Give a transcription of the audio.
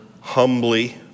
humbly